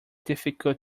difficult